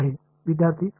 மாணவர் காந்தம்